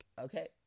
Okay